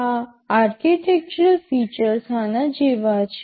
આ architectural features આના જેવા છે